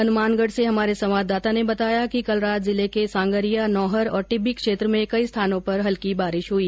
हनुमानगढ से हमारे संवाददाता ने बताया कि कल रात जिले के सांगरिया नोहर और टिब्बी क्षेत्र में कई स्थानों पर हल्की बारिश हई